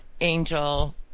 Angel